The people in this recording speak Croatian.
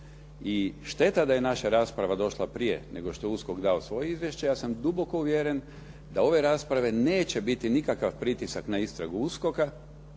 I šteta što je naša rasprava došla prije nego što je USKOK dao svoje izvješće. Ja sam duboko uvjeren da ove rasprave neće biti nikakav pritisak na istragu USKOK-a.